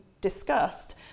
discussed